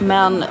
Men